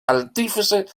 artífice